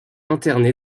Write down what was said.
interné